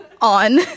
on